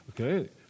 okay